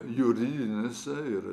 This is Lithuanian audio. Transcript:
juridinėse ir